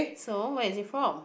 so where is it from